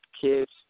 kids